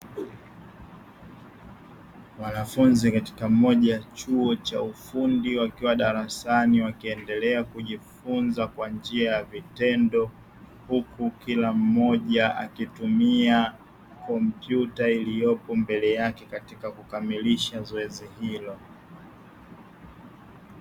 Wanafunzi katika moja ya chuo cha ufundi wakiwa darasani wakliendelea kujifunza kwa njia ya vitendo, huku kila mmoja akitumia kpomyuta iliyopo mbele yake katika kukamlisha zoezi hilo.